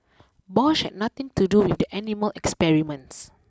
Bosch had nothing to do with the animal experiments